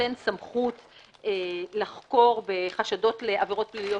נותן סמכות לחקור בחשדות לעבירות פליליות